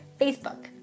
Facebook